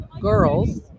girls